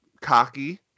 cocky